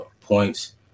points